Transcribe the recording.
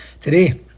today